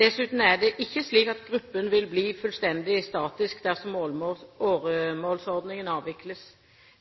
Dessuten er det ikke slik at gruppen vil bli fullstendig statisk dersom åremålsordningen avvikles.